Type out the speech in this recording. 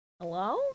Hello